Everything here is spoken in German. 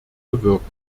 bewirken